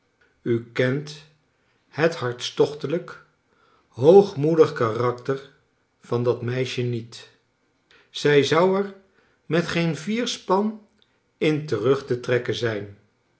u kent het hartstochtelijk hoogmoedig karakter van dat meisje niet zij zou er met geen vierspan in terug te trekken zijn